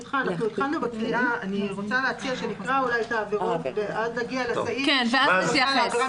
אני רוצה להציע שנקרא את העבירות בהתייחס לעבירה